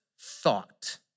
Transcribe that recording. thought